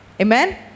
Amen